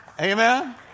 Amen